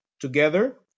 Together